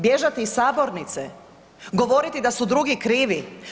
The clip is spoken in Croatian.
Bježati iz sabornice, govoriti da su drugi krivi.